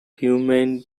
humane